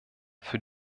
für